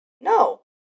No